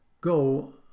Go